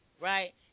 right